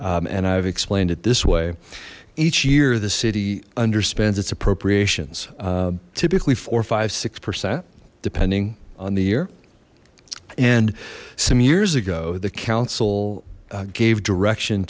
s and i've explained it this way each year the city understands its appropriations typically four five six percent depending on the year and some years ago the council gave direction